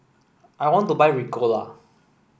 I want to buy Ricola